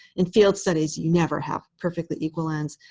in field studies, you never have perfectly equal ends.